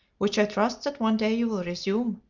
which i trust that one day you will resume?